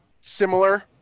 similar